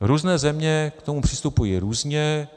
Různé země k tomu přistupují různě.